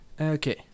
okay